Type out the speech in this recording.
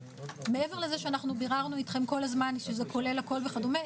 מעבר לזה שאנחנו ביררנו איתכם כל הזמן שזה כולל הכול וכדומה,